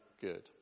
good